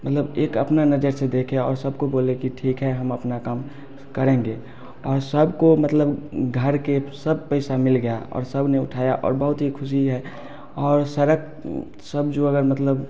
मतलब एक अपना नज़र से देखे और सबको बोले कि ठीक है हम अपना काम करेंगे और सबको मतलब घर के सब पैसा मिल गया और सबने उठाया और बहुत ही खुशी है और सड़क सब जो अगर मतलब